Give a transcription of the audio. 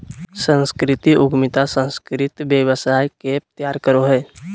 सांस्कृतिक उद्यमिता सांस्कृतिक व्यवसाय के तैयार करो हय